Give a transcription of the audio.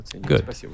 Good